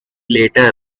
later